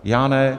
Já ne.